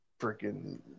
freaking